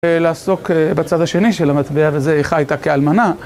ולעסוק בצד השני של המטבע, וזה איכה היתה כאלמנה.